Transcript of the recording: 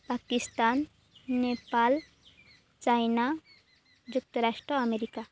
Pakistan Nepal China ଯୁକ୍ତରାଷ୍ଟ୍ର America